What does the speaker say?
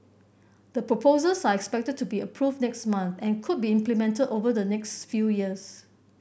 the proposals are expected to be approved next month and could be implemented over the next few years